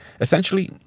Essentially